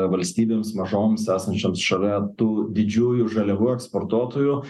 valstybėms mažoms esančioms šalia tų didžiųjų žaliavų eksportuotojų